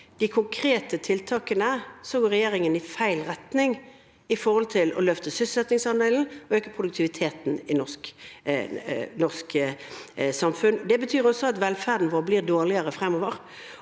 de konkrete tiltakene går regjeringen i feil retning når det gjelder å løfte sysselsettingsandelen og øke produktiviteten i det norske samfunnet. Det betyr også at velferden vår blir dårligere fremover.